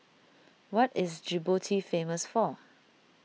what is Djibouti famous for